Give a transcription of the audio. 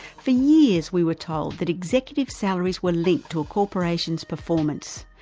for years we were told that executive salaries were linked to a corporation's performance,